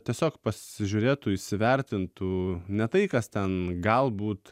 tiesiog pasižiūrėtų įsivertintų ne tai kas ten galbūt